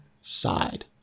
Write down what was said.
side